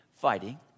fighting